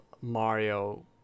Mario